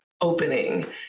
opening